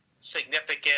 significant